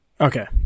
Okay